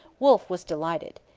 wolfe was delighted.